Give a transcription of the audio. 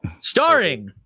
Starring